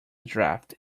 draft